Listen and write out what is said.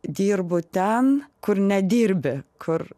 dirbu ten kur nedirbi kur